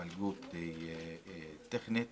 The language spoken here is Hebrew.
בהתפלגות טכנית